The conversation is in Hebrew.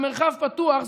במרחב פתוח,